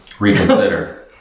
reconsider